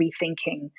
rethinking